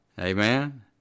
Amen